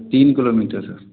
तीन किलोमीटर हैं